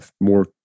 more